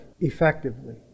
effectively